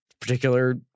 particular